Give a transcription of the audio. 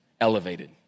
elevated